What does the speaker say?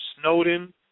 Snowden